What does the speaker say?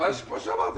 יש כאלה שאומרים